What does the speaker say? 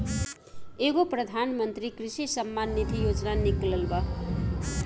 एगो प्रधानमंत्री कृषि सम्मान निधी योजना निकलल बा